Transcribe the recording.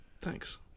thanks